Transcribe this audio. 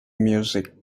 music